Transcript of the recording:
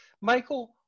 Michael